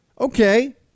Okay